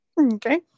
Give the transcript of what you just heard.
Okay